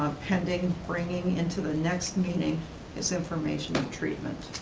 pending bringing into the next meeting his information of treatment.